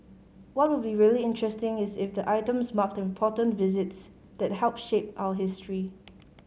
what will be really interesting is if the items marked important visits that helped shape our history